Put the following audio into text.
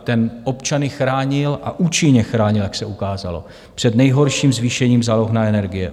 Ten občany chránil, a účinně chránil, jak se ukázalo, před nejhorším zvýšením záloh na energie.